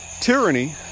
Tyranny